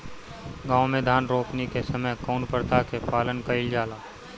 गाँव मे धान रोपनी के समय कउन प्रथा के पालन कइल जाला?